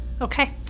Okay